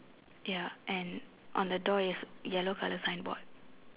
ya and on the door is yellow colour signboard